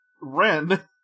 Ren